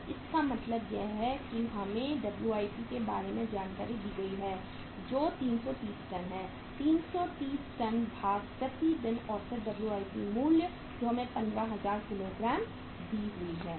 तो इसका मतलब है कि हमें WIP के बारे में जानकारी दी गई है जो 330 टन है 330 टन भाग प्रति दिन औसत WIP मूल्य जो हमें 15000 किलोग्राम है दी हुई है